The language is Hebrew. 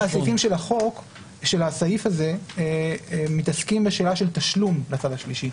אבל חלק מהדברים של הסעיף הזה מתעסקים בשאלה של תשלום לצד השלישי.